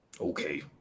Okay